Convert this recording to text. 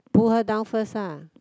pull her down first lah